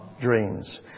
dreams